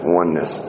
oneness